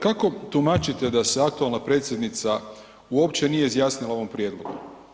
Kako tumačite da se aktualna predsjednica uopće nije izjasnila o ovom prijedlogu?